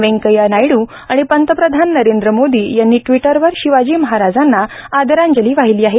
व्यंकय्या नायडू आणि पंतप्रधान नरेंद्र मोदी यांनी ट्विटरवर शिवाजी महाराजांना आदरांजली वाहिली आहे